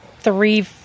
three